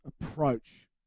approach